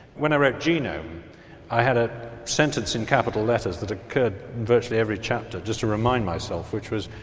when i wrote genome i had a sentence in capital letters that occurred virtually every chapter just to remind myself, which was,